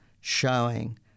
showing